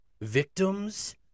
Victims